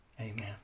amen